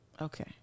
okay